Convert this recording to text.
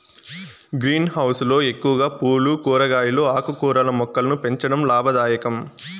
green house లో ఎక్కువగా పూలు, కూరగాయలు, ఆకుకూరల మొక్కలను పెంచడం లాభదాయకం